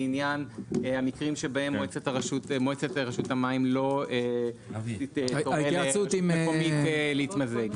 לעניין המקרים שבהם מועצת רשות המים לא תיתן למקומית להתמזג.